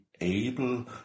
able